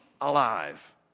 alive